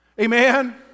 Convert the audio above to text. Amen